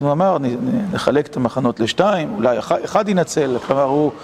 הוא אמר: נחלק את המחנות לשתיים, אולי אחד ינצל, כלומר הוא…